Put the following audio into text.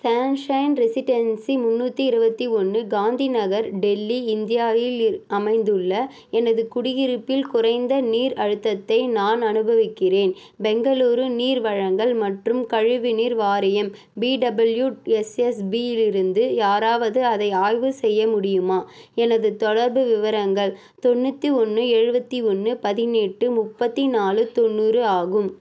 sunshine Residency முந்நூற்றி இருபத்தி ஒன்று காந்தி நகர் டெல்லி இந்தியாவில் அமைந்துள்ள எனது குடியிருப்பில் குறைந்த நீர் அழுத்தத்தை நான் அனுபவிக்கிறேன் பெங்களூரு நீர் வழங்கல் மற்றும் கழுவுநீர் வாரியம் பிடபள்யூஎஸ்எஸ்பியிலிருந்து யாராவது அதை ஆய்வு செய்ய முடியுமா எனது தொடர்பு விவரங்கள் தொண்ணூற்றி ஒன்று எழுபத்தி ஒன்று பதினெட்டு முப்பத்தி நாலு தொண்ணூறு ஆகும்